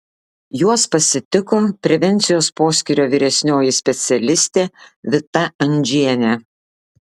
juos pasitiko prevencijos poskyrio vyresnioji specialistė vita andžienė